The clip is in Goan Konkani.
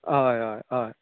हय हय हय